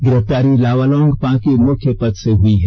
गिरफ्तारी लावालौंग पांकी मुख्यपथ से हुई है